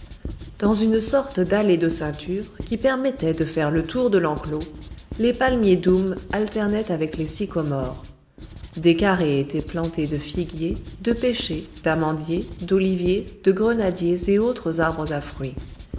dans une sorte d'allée de ceinture qui permettait de faire le tour de l'enclos les palmiers doums alternaient avec les sycomores des carrés étaient plantés de figuiers de pêchers d'amandiers d'oliviers de grenadiers et autres arbres à fruit